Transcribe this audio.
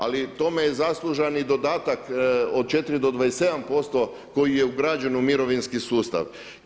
Ali tome je zaslužan i dodatak od 4 do 27% koji je ugrađen u mirovinski sustav.